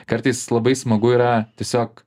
kartais labai smagu yra tiesiog